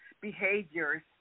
behaviors